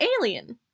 alien